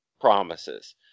promises